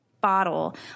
bottle